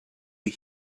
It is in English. you